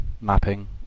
mapping